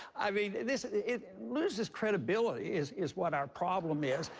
i mean, this it loses credibility is is what our problem is.